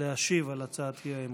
להשיב על הצעת האי-אמון.